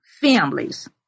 families